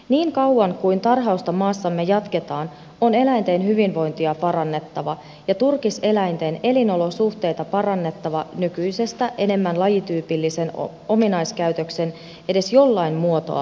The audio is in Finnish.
niin kauan kuin tarhausta maassamme jatketaan on eläinten hyvinvointia parannettava ja turkiseläinten elinolosuhteita parannettava nykyisestä enemmän lajityypillisen ominaiskäytöksen edes jollain muotoa mahdollistavaksi